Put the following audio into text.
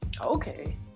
okay